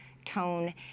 tone